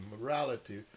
morality